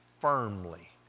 firmly